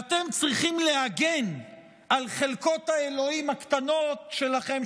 אתם צריכים להגן על חלקות האלוהים הקטנות שלכם,